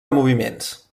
moviments